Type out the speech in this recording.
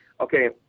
okay